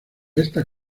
esta